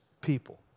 people